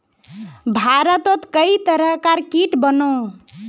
भारतोत कई तरह कार कीट बनोह